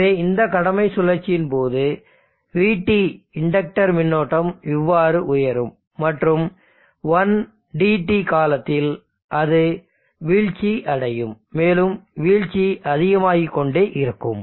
எனவே இந்த கடமை சுழற்சியின் போது vT இன்டக்டர் மின்னோட்டம் இவ்வாறு உயரும் மற்றும் 1 DT காலத்தில் அது வீழ்ச்சியடையும் மேலும் வீழ்ச்சி அதிகமாகிக் கொண்டே இருக்கும்